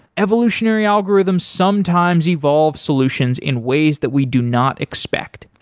evolutionary algorithm sometimes evolve solutions in ways that we do not expect.